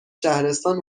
شهرستان